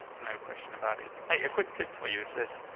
no question about it. hey, a quick tip for you is this,